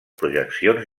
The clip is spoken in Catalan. projeccions